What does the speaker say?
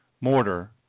mortar